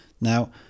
now